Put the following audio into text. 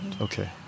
Okay